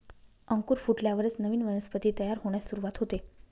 अंकुर फुटल्यावरच नवीन वनस्पती तयार होण्यास सुरूवात होते